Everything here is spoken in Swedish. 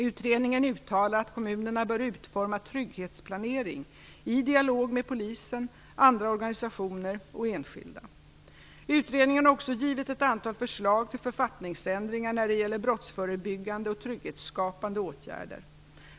Utredningen uttalar att kommunerna bör utforma trygghetsplanering i dialog med polisen, andra organisationer och enskilda. Utredningen har också givit ett antal förslag till författningsändringar när det gäller brottsförebyggande och trygghetsskapande åtgärder.